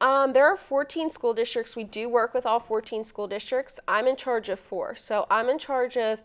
there are fourteen school districts we do work with all fourteen school districts i'm in charge of for so i'm in charge of